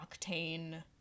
octane